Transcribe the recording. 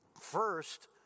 First